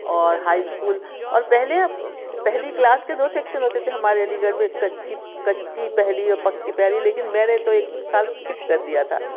اور high school اور پہلے پہ پہلی کلاس کے دو سکشن ہوتے تھے ہمارے علی گڑھ میں کچی کچی پہلی اور پکی پہلی لیکن میں نے تو ایک سال اسکپ کردیا تھا